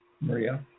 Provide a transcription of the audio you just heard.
Maria